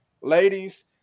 Ladies-